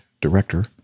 director